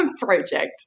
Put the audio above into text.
project